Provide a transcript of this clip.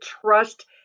trust